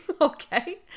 okay